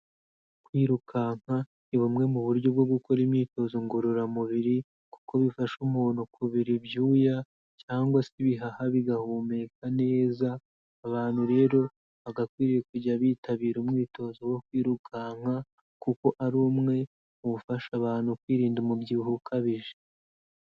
Kwirukanka ni bumwe mu buryo bwo gukora imyitozo ngororamubiri kuko bifasha umuntu kubira ibyuya cyangwa ibihaha bigahumeka neza. Abantu rero bagakwiriye kujya bitabira umwitozo wo kwirukanka kuko ari umwe mu gufasha abantu kwirinda umubyibuho ukabije.